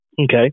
Okay